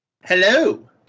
hello